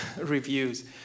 reviews